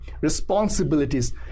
responsibilities